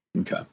Okay